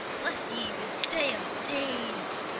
bless ye this day of days!